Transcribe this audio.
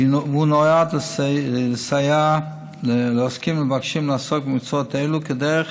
והוא נועד לסייע לעוסקים ולמבקשים לעסוק במקצועות אלה בדרך